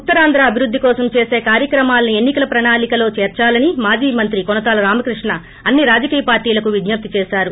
ఉత్తరాంధ్ర అభివృద్ధి కోసం చేసీ కార్యక్రమాలను ఎన్నికల ప్రణాళికలో చేర్చాలని మాజీ మంత్రి కోణతాల రామకృష్ణ అన్ని రాజకీయ పార్టీలకు విజ్ఞప్తి చేశారు